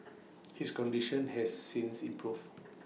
his condition has since improved